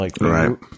Right